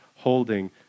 holding